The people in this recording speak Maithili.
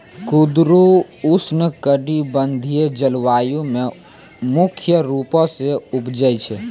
कुंदरु उष्णकटिबंधिय जलवायु मे मुख्य रूपो से उपजै छै